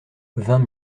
vingt